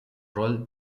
rol